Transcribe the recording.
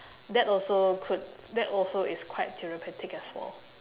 that also could that also is quite therapeutic as well